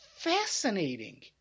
fascinating